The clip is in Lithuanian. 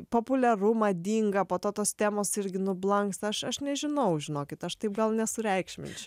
populiaru madinga po to tos temos irgi nublanksta aš aš nežinau žinokit aš taip gal nesureikšminčiau